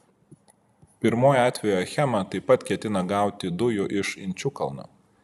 pirmuoju atveju achema taip pat ketina gauti dujų iš inčukalno